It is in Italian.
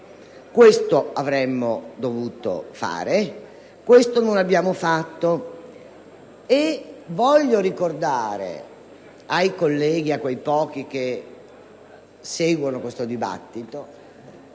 Questo avremmo dovuto fare e invece non lo abbiamo fatto. Ricordo ai colleghi, a quei pochi che seguono questo dibattito,